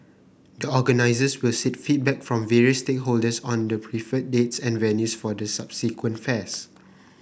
the organisers will seek feedback from various stakeholders on the preferred dates and venues for the subsequent fairs